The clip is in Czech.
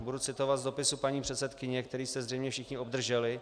Budu citovat z dopisu paní předsedkyně, který jste zřejmě všichni obdrželi: